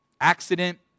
accident